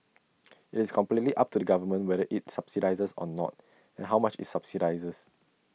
IT is completely up to the government whether IT subsidises or not and how much IT subsidises